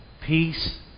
peace